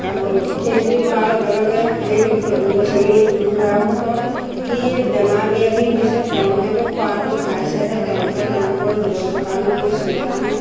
আৰু সেইখিনি খোৱাৰ লগে লগে সেই ল'ৰা ছোৱালী ল'ৰাবোৰকৰ কি বেমাৰ ব্যাধি হৈছে তেওঁলোকেতো খোৱাটো খাইছেহে তেওঁলোকে তেওঁলোকৰ জীৱনটোৰ কাৰণেতো চিন্তা কৰা নাই